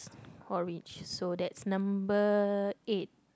orange so that's number eight